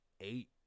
eight